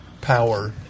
power